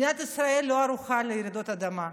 מדינת ישראל לא ערוכה לרעידות אדמה.